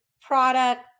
product